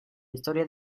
historia